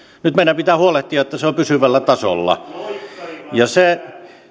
nyt meidän pitää huolehtia että se on pysyvällä tasolla se